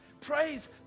praise